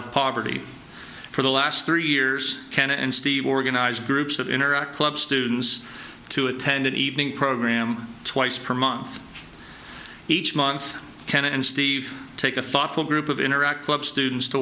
of poverty for the last three years ken and steve organized groups of interact club students to attend an evening program twice per month each month ken and steve take a thoughtful group of interact club students to